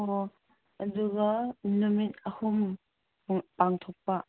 ꯑꯣ ꯑꯗꯨꯒ ꯅꯨꯃꯤꯠ ꯑꯍꯨꯝꯃꯨꯛ ꯄꯥꯡꯊꯣꯛꯄ